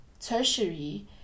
tertiary